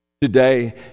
Today